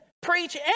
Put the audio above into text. preach